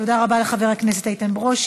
תודה רבה לחבר הכנסת איתן ברושי.